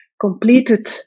completed